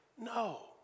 no